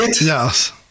Yes